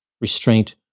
restraint